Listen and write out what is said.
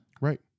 right